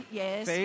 yes